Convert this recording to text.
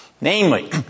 Namely